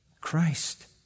Christ